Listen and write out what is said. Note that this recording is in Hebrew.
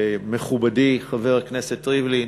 מכובדי חבר הכנסת ריבלין,